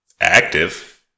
Active